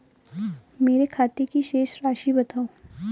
मेरे खाते की शेष राशि बताओ?